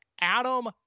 Adam